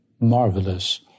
marvelous